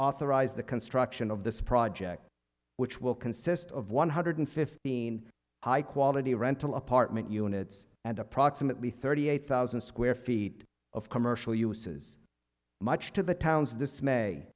authorize the construction of this project which will consist of one hundred fifteen high quality rental apartment units and approximately thirty eight thousand square feet of commercial uses much to the town's dismay